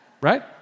Right